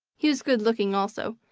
he was good looking also,